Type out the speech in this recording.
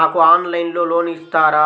నాకు ఆన్లైన్లో లోన్ ఇస్తారా?